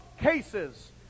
cases